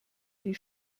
die